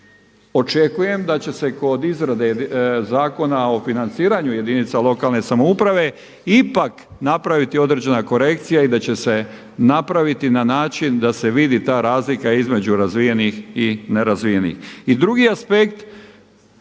Očekujem da će se kod izrade Zakona o financiranju jedinica lokalne samouprave ipak napraviti određena korekcija i da će se napraviti na način da se vidi ta razlika između razvijenih i nerazvijenih.